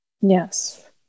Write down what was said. Yes